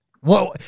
Whoa